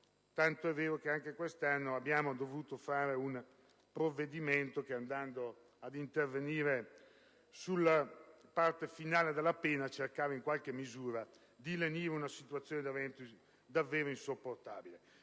tant'è vero che anche quest'anno abbiamo dovuto varare un provvedimento che, andando ad intervenire sulla parte finale della pena, cercava in qualche misura di lenire una situazione davvero insopportabile.